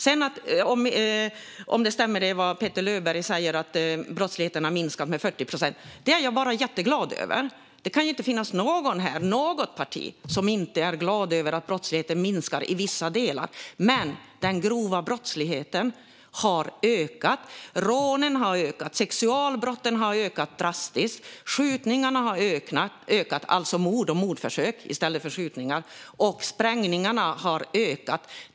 Om det som Petter Löberg säger stämmer om att brottsligheten har minskat med 40 procent är jag bara jätteglad över. Det kan inte finnas någon i något av partierna här som inte är glad över att brottsligheten minskar i vissa delar. Men den grova brottsligheten har ökat. Rånen har ökat. Sexualbrotten har drastiskt ökat. Skjutningarna har ökat, det vill säga i stället för mord och mordförsök. Och sprängningarna har ökat.